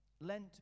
Lent